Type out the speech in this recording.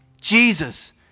Jesus